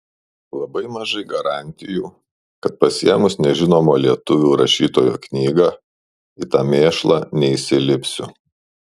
labai mažai garantijų kad pasiėmus nežinomo lietuvių rašytojo knygą į tą mėšlą neįsilipsiu